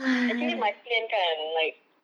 actually my plan kan like